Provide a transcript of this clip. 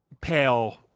pale